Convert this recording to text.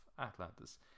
Atlantis